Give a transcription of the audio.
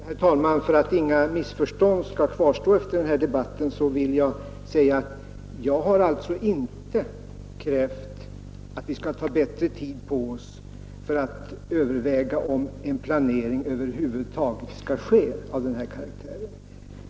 Herr talman! För att inga missförstånd skall kvarstå efter denna debatt vill jag säga att jag inte har krävt att vi skall ta bättre tid på oss för att överväga om en planering av denna karaktär över huvud taget skall ske.